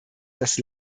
das